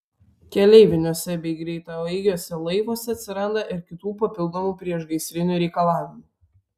keleiviniuose bei greitaeigiuose laivuose atsiranda ir kitų papildomų priešgaisrinių reikalavimų